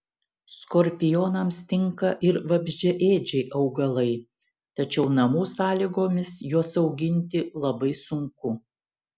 skorpionams tinka ir vabzdžiaėdžiai augalai tačiau namų sąlygomis juos auginti labai sunku